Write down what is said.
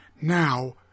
Now